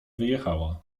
wyjechała